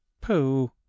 Pooh